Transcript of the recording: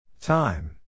Time